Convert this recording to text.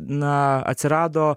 na atsirado